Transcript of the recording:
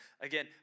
Again